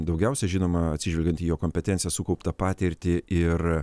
daugiausia žinoma atsižvelgiant į jo kompetenciją sukauptą patirtį ir